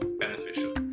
beneficial